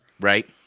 Right